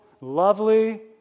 lovely